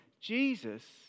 Jesus